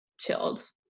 chilled